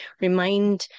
remind